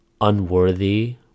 unworthy